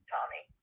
Tommy